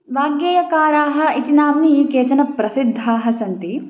वाग्गेयकाराः इति नाम्नि केचन प्रसिद्धाः सन्ति